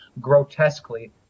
grotesquely